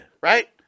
Right